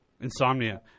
Insomnia